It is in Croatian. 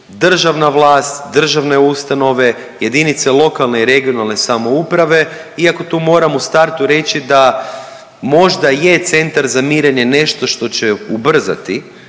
državna vlast, državne ustanove, jedinice lokalne i regionalne samouprave. Iako tu moram u startu reći da možda je centar za mirenje nešto što će ubrzati